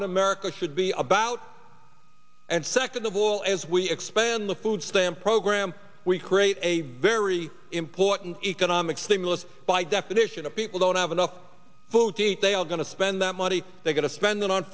what america should be about and second of all as we expand the food stamp program we create a very important economic stimulus by definition a people don't have enough food to eat they are going to spend that money they're going to spend it on